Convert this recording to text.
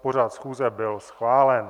Pořad schůze byl schválen.